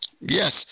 Yes